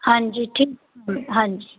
ਹਾਂਜੀ ਠੀਕ ਹਾਂਜੀ